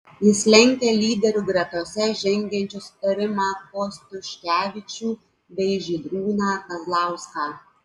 jis lenkia lyderių gretose žengiančius rimą kostiuškevičių bei žydrūną kazlauską